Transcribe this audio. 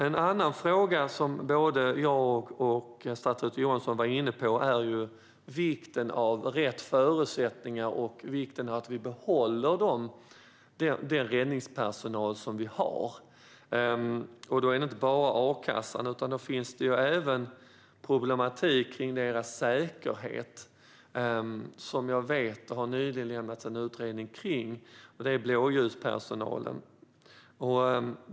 En annan fråga som både jag och statsrådet Johansson var inne på är vikten av rätt förutsättningar och vikten av att vi behåller den räddningspersonal som vi har. Det gäller då inte bara a-kassan, utan det finns även en problematik kring deras säkerhet. Jag vet att det nyligen har lämnats en utredning av detta när det gäller blåljuspersonalen.